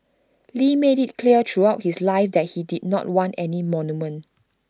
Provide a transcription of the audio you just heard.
lee made IT clear throughout his life that he did not want any monument